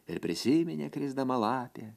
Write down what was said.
ir prisiminė krisdama lapė